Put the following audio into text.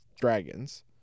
dragons